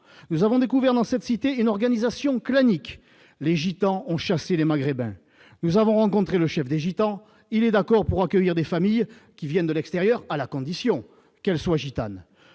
nous avons découvert dans cette cité et n'organisation clanique, les gitans ont chassé les Maghrébins, nous avons rencontré le chef des gitans, il est d'accord pour accueillir des familles qui viennent de l'extérieur, à la condition qu'elle soit gitane,